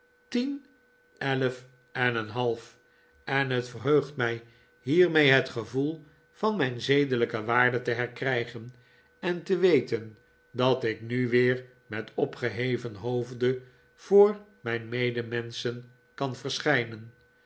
tien elf en een half en het verheugt mij hiermee het gevoel van mijn zedelijke waarde te herkrijgen en te weten dat ik nu weer met opgeheven hoofdevoor mijn medemenschen kan verschijnen